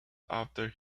after